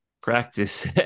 practice